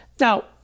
Now